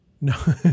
No